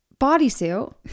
bodysuit